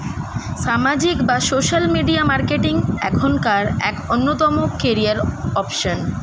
সামাজিক বা social media marketing এখনকার এক অন্যতম ক্যারিয়ার অপশন